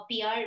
PR